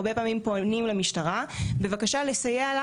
הרבה פעמים פונים למשטרה בבקשה לסייע לה